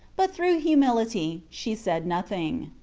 but through humility she said nothing.